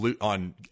on